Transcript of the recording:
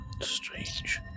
Strange